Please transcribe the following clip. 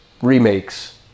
remakes